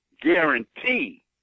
Guarantee